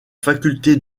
faculté